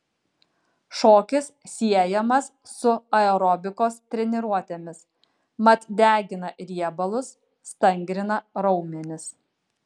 šokis siejamas su aerobikos treniruotėmis mat degina riebalus stangrina raumenis